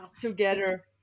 together